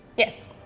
yes.